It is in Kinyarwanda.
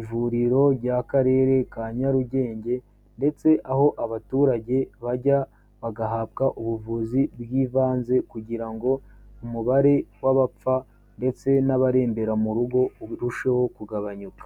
ivuriro ry Akarere ka Nyarugenge ndetse aho abaturage bajya bagahabwa ubuvuzi bw'ibanze, kugira ngo umubare w'abapfa ndetse n'abarembera mu rugo urusheho kugabanyuka.